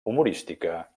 humorística